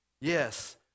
Yes